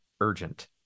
urgent